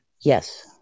Yes